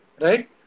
right